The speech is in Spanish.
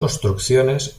construcciones